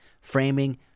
framing